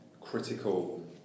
critical